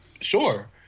Sure